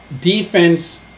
defense